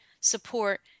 support